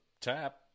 tap